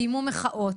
קיימו מחאות.